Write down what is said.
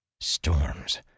Storms